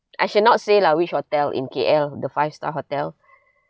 I should not say lah which hotel in K_L the five star hotel